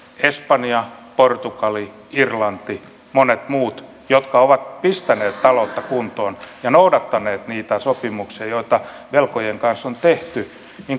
espanja portugali irlanti ja monet muut jotka ovat pistäneet taloutta kuntoon ja noudattaneet niitä sopimuksia joita velkojien kanssa on tehty